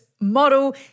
model